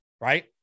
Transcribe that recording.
right